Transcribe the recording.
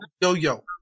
yo-yo